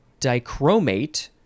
dichromate